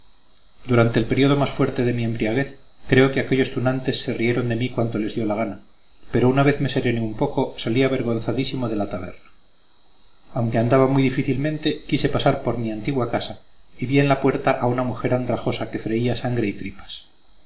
durante el periodo más fuerte de mi embriaguez creo que aquellos tunantes se rieron de mí cuanto les dio la gana pero una vez que me serené un poco salí avergonzadísimo de la taberna aunque andaba muy difícilmente quise pasar por mi antigua casa y vi en la puerta a una mujer andrajosa que freía sangre y tripas